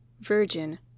virgin